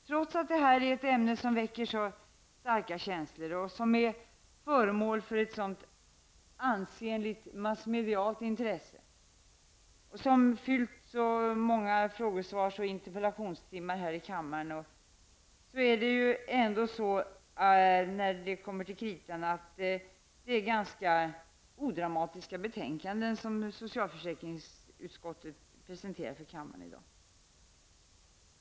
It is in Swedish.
Trots att det här är ett ämne som väcker starka känslor, som är föremål för ett ansenligt massmedialt intresse och som krävt så många frågesvars och interpellationssvarstimmar här i kammaren, är det när det kommer till kritan ganska odramatiska betänkanden som socialförsäkringsutskottet presenterar i dag.